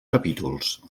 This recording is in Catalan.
capítols